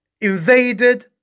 Invaded